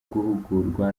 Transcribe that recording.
guhugurwa